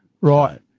Right